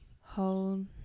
hold